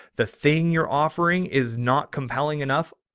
the thing you're offering is not compelling enough.